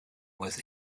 was